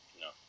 No